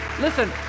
Listen